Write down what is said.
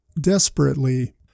desperately